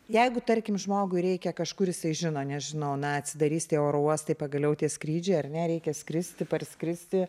jeigu tarkim žmogui reikia kažkur jisai žino nežinau na atsidarys tie oro uostai pagaliau tie skrydžiai ar ne reikia skristi parskristi